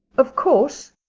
of course,